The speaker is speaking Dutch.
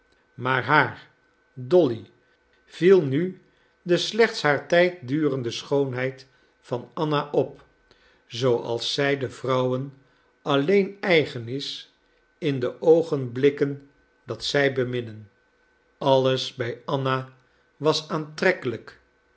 maar haar dolly viel nu de slechts haar tijd durende schoonheid van anna op zooals zij de vrouwen alleen eigen is in de oogenblikken dat zij beminnen alles bij anna was aantrekkelijk